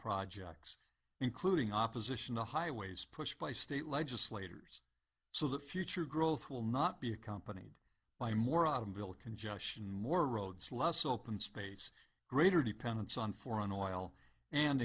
projects including opposition to highways pushed by state legislators so that future growth will not be accompanied by more of them will congestion more roads less open space greater dependence on foreign oil and